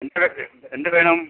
നിങ്ങൾക്ക് എന്ത് വേണം